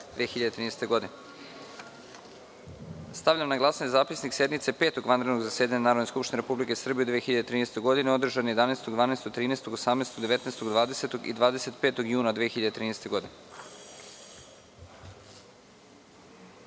2013. godine. Stavljam na glasanje Zapisnik sednice Petog vanrednog zasedanja Narodne skupštine Republike Srbije u 2013. godini, održane 11, 12, 13, 18, 19, 20. i 25. juna 2013. godine. Molim